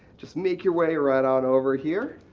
just make your way right on over here.